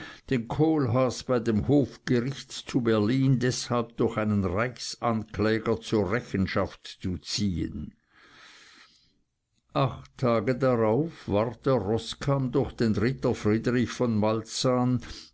den kohlhaas bei dem hofgericht zu berlin deshalb durch einen reichsankläger zur rechenschaft zu ziehen acht tage darauf ward der roßkamm durch den ritter friedrich von malzahn